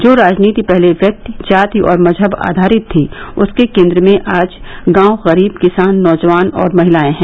जो राजनीति पहले व्यक्ति जाति और मजहब आधारित थी उसके केन्द्र में आज गांव गरीब किसान नौजवान और महिलायें है